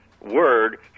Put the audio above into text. word